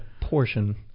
portion